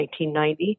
1990